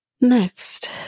Next